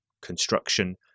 construction